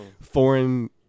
foreign